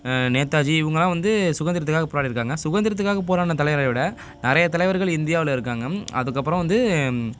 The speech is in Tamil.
நேதாஜி இவங்களாம் வந்து சுதந்திரத்துக்காக போராடியிருக்காங்க சுதத்திரத்துக்காக போராடின தலைவரை விட நிறைய தலைவர்கள் இந்தியாவ்ல் இருக்காங்க அதுக்கப்புறம் வந்து